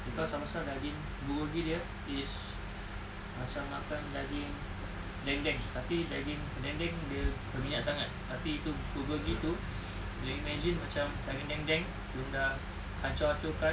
cause pasal pasal daging bulgogi dia is macam makan daging dendeng tapi daging dendeng dia berminyak sangat tapi itu bulgogi tu you imagine macam daging dendeng cuma dah hancur-hancurkan